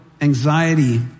anxiety